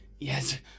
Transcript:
yes